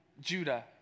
Judah